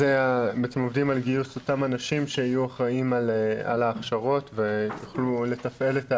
עובדים על גיוס אותם אנשים שיהיו אחראיים על ההכשרות ויוכלו לתפעל,